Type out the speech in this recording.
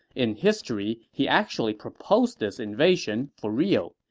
in history, he actually proposed this invasion for real.